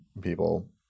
people